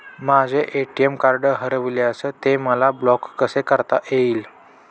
माझे ATM card हरविल्यास ते मला ब्लॉक कसे करता येईल?